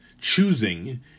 choosing